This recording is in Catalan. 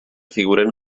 figuren